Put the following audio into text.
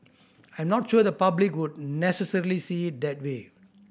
I'm not sure the public would necessarily see that way